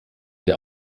der